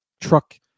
truck